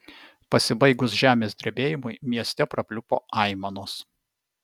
pasibaigus žemės drebėjimui mieste prapliupo aimanos